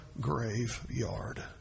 graveyard